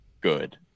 good